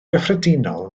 gyffredinol